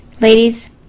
Ladies